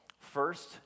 First